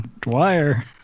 Dwyer